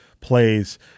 plays